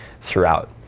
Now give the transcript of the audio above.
throughout